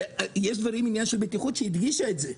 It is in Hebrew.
יש דברים, עניין של בטיחות שהיא הדגישה את זה.